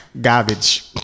garbage